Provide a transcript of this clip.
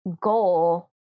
goal